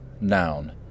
Noun